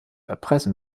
erpressen